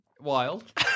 wild